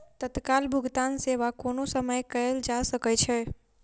तत्काल भुगतान सेवा कोनो समय कयल जा सकै छै